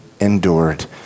endured